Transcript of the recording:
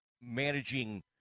managing